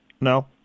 No